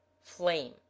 flame